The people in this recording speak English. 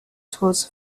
toward